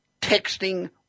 Texting